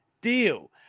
deal